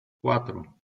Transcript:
cuatro